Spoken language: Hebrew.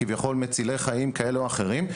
כביכול מצילי חיים כאלה או אחרים,